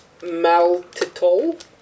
Maltitol